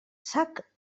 sac